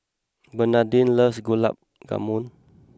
Bernadine loves Gulab Jamun